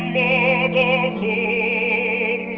a